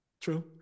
True